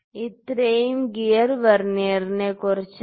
ഇത്രയും ഗിയർ വെർനിയറിനെക്കുറിച്ചായിരുന്നു